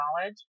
knowledge